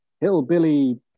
hillbilly